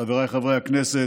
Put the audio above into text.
חבריי חברי הכנסת,